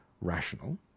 rational